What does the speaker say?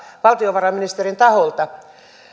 valtiovarainministerin taholta